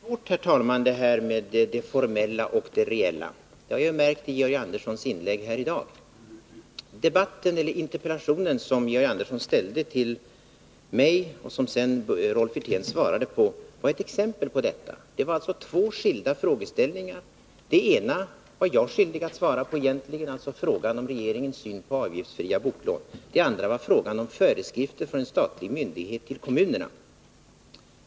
Herr talman! Det är svårt det här med det formella och det reella. Det har märkts i Georg Anderssons inlägg här i dag, och den interpellation som Georg Andersson ställde till mig och som Rolf Wirtén svarade på var ett exempel på detta. Det handlar om skilda frågeställningar. Den ena frågan, om regeringens syn på avgiftsfria boklån, var egentligen jag skyldig att svara på. Den andra gällde föreskrifter från en statlig myndighet till kommunerna.